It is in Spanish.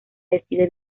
decide